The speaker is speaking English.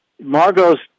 Margot's